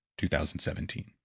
2017